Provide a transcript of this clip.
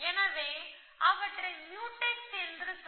எனவே அவற்றை முயூடெக்ஸ் என்று சொல்கிறோம்